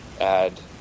add